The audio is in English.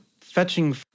fetching